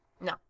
No